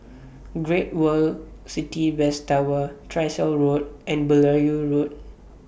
Great World City West Tower Tyersall Road and Beaulieu Road